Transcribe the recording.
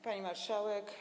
Pani Marszałek!